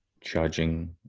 judging